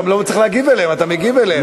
אתה לא צריך להגיב אליהם, אתה מגיב אליהם.